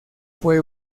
fue